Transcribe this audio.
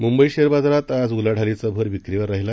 मुंबईशैअरबाजारात आज उलाढालीचा भर विक्रीवर राहिला